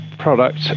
product